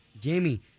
Jamie